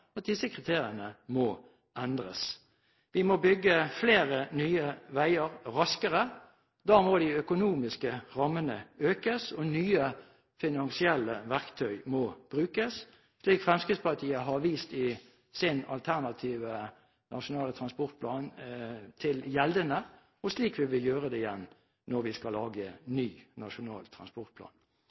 at disse kriteriene må endres. Vi må bygge flere nye veier raskere. Da må de økonomiske rammene økes og nye finansielle verktøy må brukes, slik Fremskrittspartiet har vist til i sin gjeldende alternative nasjonale transportplan, og slik vi vil gjøre det igjen når vi skal lage ny nasjonal transportplan.